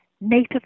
native